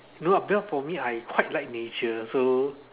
no lah but for me I quite like nature so